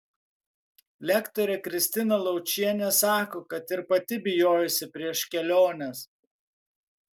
lektorė kristina laučienė sako kad ir pati bijojusi prieš keliones